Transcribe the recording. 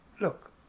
look